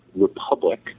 republic